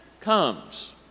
comes